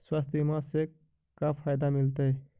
स्वास्थ्य बीमा से का फायदा मिलतै?